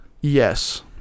Yes